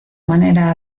manera